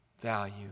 value